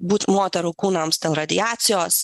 būt moterų kūnams dėl radiacijos